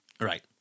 Right